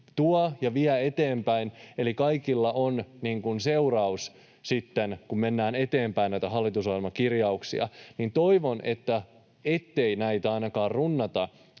tuo, ja viedä eteenpäin. Kaikilla on seuraus sitten, kun mennään eteenpäin näitä hallitusohjelman kirjauksia. Toivon, ettei näitä ainakaan runnota